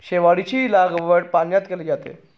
शेवाळाची लागवड पाण्यात केली जाते